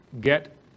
get